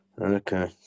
Okay